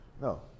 No